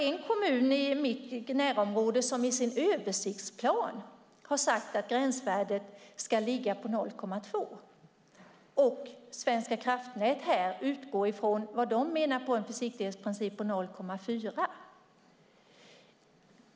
En kommun i mitt närområde har i sin översiktsplan sagt att gränsvärdet ska ligga på 0,2. Svenska kraftnät utgår från det de menar är en försiktighetsprincip, nämligen 0,4.